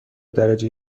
درجه